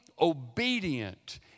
obedient